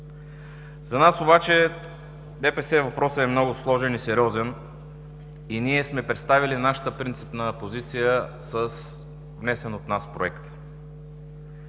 За ДПС обаче въпросът е много сложен и сериозен. Ние сме представили принципната ни позиция с внесен от нас проект.